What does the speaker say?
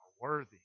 worthy